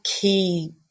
key